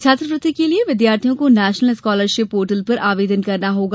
छात्रवृत्ति के लिए विद्यार्थियों को नेशनल स्कॉलरशिप पोर्टल पर आवेदन करना होगा